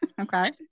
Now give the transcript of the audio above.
Okay